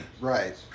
Right